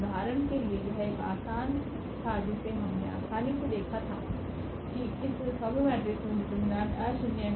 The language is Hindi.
उदाहरण के लिए यह एक आसान था जिसे हमने आसानी से देखा है कि इस सबमेट्रिक्स में डिटरमिनेंट अशून्य है